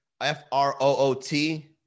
F-R-O-O-T